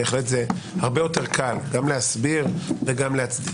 זה הרבה יותר קל גם להסביר וגם להצדיק,